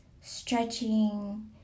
stretching